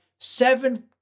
seven